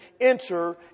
enter